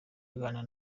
aganira